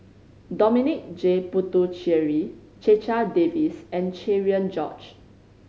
Dominic J Puthucheary Checha Davies and Cherian George